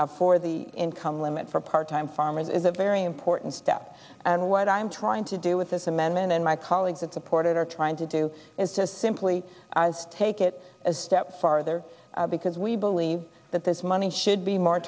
thousand for the income limit for part time farmers is a very important step and what i'm trying to do with this amendment and my colleagues that supported are trying to do is just simply as take it as a step farther because we believe that this money should be more